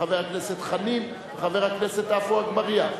חבר הכנסת חנין וחבר הכנסת עפו אגבאריה.